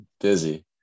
Busy